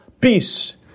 peace